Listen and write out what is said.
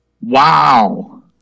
Wow